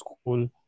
school